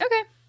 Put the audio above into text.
Okay